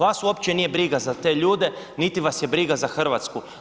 Vas uopće nije briga za te ljude, niti vas je briga za Hrvatsku.